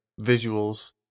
visuals